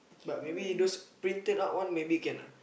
but maybe those printed out one maybe can ah